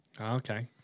Okay